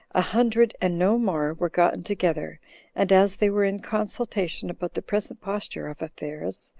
a hundred and no more were gotten together and as they were in consultation about the present posture of affairs,